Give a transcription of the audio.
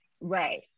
Right